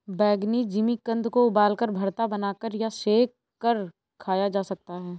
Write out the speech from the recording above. बैंगनी जिमीकंद को उबालकर, भरता बनाकर या सेंक कर खाया जा सकता है